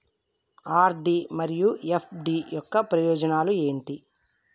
RD మరియు FD యొక్క ప్రయోజనాలు ఏంటి?